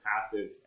passive